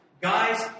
guys